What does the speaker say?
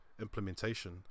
implementation